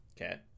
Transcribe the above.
Okay